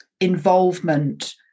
involvement